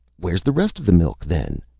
where's the rest of the milk, then?